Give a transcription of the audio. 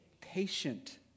Patient